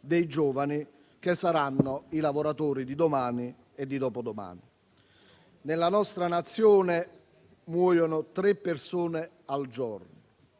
dei giovani, che saranno i lavoratori di domani e dopodomani. Nella nostra Nazione muoiono tre persone al giorno: